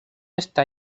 esto